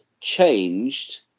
changed